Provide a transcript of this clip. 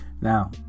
now